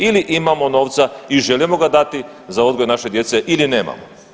Ili imamo novca i želimo ga dati za odgoj naše djece ili nemamo?